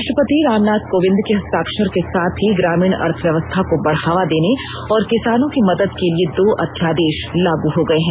राष्ट्रपति राम नाथ कोविंद के हस्ताक्षर के साथ ही ग्रामीण अर्थव्यवस्था को बढ़ावा देने और किसानों की मदद के लिये दो अध्यादेश लागू हो गए हैं